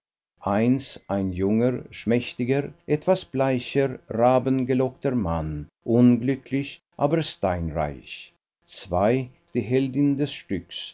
ein junger schmächtiger etwas bleicher rabengelockter mann unglücklich aber steinreich die heldin des stücks